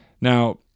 Now